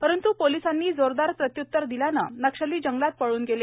परंत् पोलिसांनी जोरदार प्रत्यूतर दिल्याने नक्षली जंगलात पळून गेले